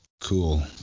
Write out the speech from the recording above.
Cool